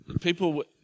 people